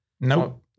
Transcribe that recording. no